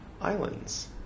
Islands